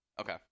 Okay